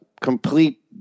complete